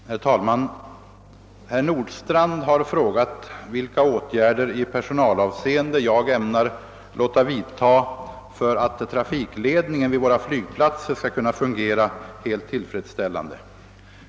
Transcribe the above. Herr talman! Herr Nordstrandh har frågat vilka åtgärder i personalavseende jag ämnar låta vidta för att trafikledningen vid våra flygplatser skall kunna fungera helt tillfredsställande.